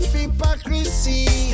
hypocrisy